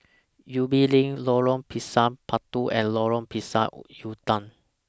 Ubi LINK Lorong Pisang Batu and Lorong Pisang Udang